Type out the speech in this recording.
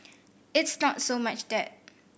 it's not so much that